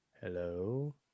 hello